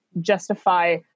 justify